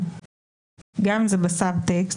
גם אם זה בסבטקטס,